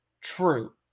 true